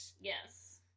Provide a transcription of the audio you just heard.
Yes